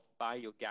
biogas